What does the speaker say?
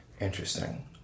Interesting